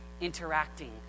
Interacting